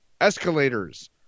Escalators